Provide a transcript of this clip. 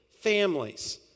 families